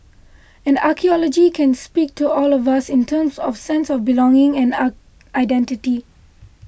and archaeology can speak to all of us in terms of sense of belonging and identity